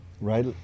Right